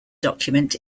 document